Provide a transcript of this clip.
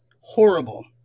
horrible